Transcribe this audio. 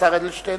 השר אדלשטיין,